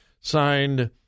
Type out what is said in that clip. Signed